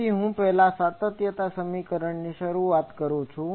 તેથી હું પહેલા સાતત્ય સમીકરણની શરૂઆત કરું છું